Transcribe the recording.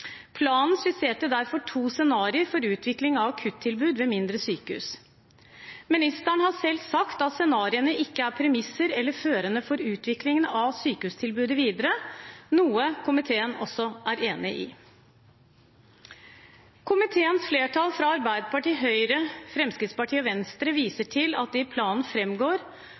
Planen skisserte derfor to scenarioer for utvikling av akuttilbud ved mindre sykehus. Ministeren har selv sagt at scenarioene ikke er premisser eller førende for utviklingen av sykehustilbudet videre, noe komiteen også er enig i. Komiteens flertall fra Arbeiderpartiet, Høyre, Fremskrittspartiet og Venstre viser til at det i planen